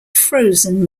frozen